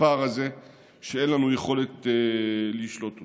הפער הזה שאין לנו יכולת לשלוט בו.